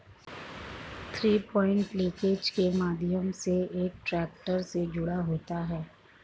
three point linkage के माध्यम से एक ट्रैक्टर से जुड़ा होता है